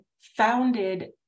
founded